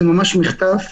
זה ממש מחטף.